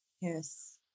Yes